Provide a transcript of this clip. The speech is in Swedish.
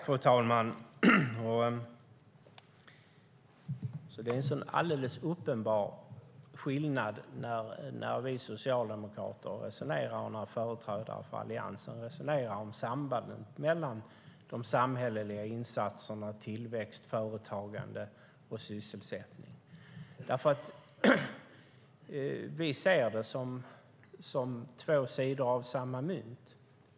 Fru talman! Det är en sådan alldeles uppenbar skillnad när vi socialdemokrater resonerar och när företrädare för Alliansen resonerar om sambanden mellan de samhälleliga insatserna, tillväxt, företagande och sysselsättning. Vi ser det som två sidor av samma mynt.